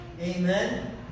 amen